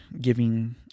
giving